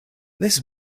this